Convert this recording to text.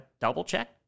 double-check